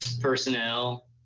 personnel